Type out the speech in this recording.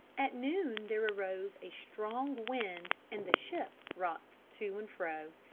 at noon there arose a strong wind and the ship rocked to and fro.